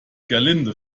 gerlinde